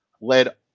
led